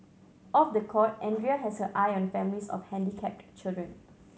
off the court Andrea has her eye on families of handicapped children